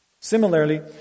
Similarly